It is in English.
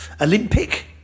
Olympic